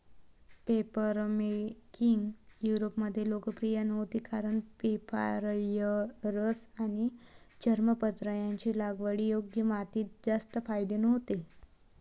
papermaking युरोपमध्ये लोकप्रिय नव्हती कारण पेपायरस आणि चर्मपत्र यांचे लागवडीयोग्य मातीत जास्त फायदे नव्हते